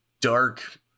dark